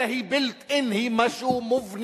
אלא היא built in, היא משהו מובנה